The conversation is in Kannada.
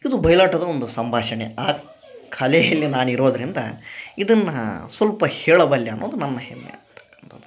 ಇದು ಬೈಲಾಟದ ಒಂದು ಸಂಭಾಷಣೆ ಆ ಕಲೆಯಲ್ಲಿ ನಾನ್ ಇರೋದರಿಂದ ಇದನ್ನಾ ಸ್ವಲ್ಪ ಹೇಳಬಲ್ಲೆ ಅನ್ನೋದು ನನ್ನ ಹೆಮ್ಮೆ ಆಗ್ತಕಂಥದ್ದು